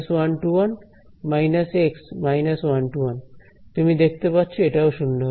−11 তুমি দেখতে পাচ্ছো এটাও শূন্য হবে